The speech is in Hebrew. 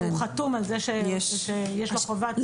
שהוא חתום על זה שיש לו חובת סודיות.